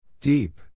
Deep